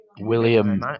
William